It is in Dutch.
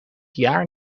jaar